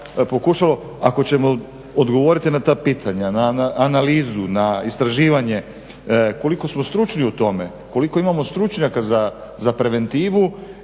Ako ćemo odgovoriti na ta pitanja, na analizu, na istraživanje koliko smo stručni u tome, koliko imamo stručnjaka za preventivu